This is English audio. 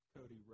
Cody